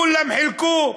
כולם חילקו.